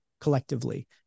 collectively